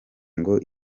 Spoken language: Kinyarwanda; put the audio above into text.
ngo